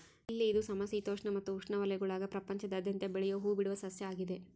lily ಇದು ಸಮಶೀತೋಷ್ಣ ಮತ್ತು ಉಷ್ಣವಲಯಗುಳಾಗ ಪ್ರಪಂಚಾದ್ಯಂತ ಬೆಳಿಯೋ ಹೂಬಿಡುವ ಸಸ್ಯ ಆಗಿದೆ